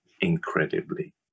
incredibly